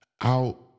out